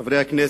חברי הכנסת,